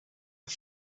are